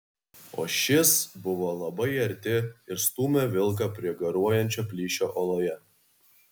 o šis buvo labai arti ir stūmė vilką prie garuojančio plyšio uoloje